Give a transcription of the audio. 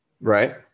right